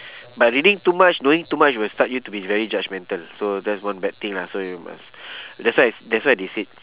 by reading too much knowing too much will start you to be very judgemental so that's one bad thing lah so you must that's why that's why they said